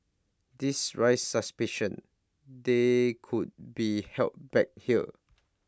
this raised suspicion they could be help back here